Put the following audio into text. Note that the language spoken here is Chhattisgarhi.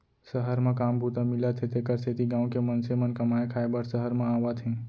सहर म काम बूता मिलत हे तेकर सेती गॉँव के मनसे मन कमाए खाए बर सहर म आवत हें